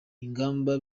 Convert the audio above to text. ingamba